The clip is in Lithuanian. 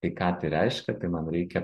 tai ką tai reiškia tai man reikia